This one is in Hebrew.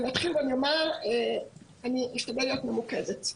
אני אשתדל להיות ממוקדת.